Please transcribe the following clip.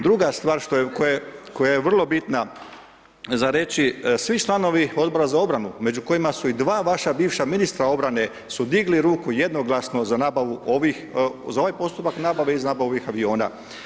Druga stvar koja je vrlo bitna za reći, svi članovi Odbora za obranu, među kojima su i dva vaša bivša ministra obrane su digli ruku jednoglasno za nabavu ovih, za ovaj postupak nabave i za nabavu ovih aviona.